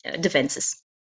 defenses